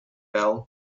bell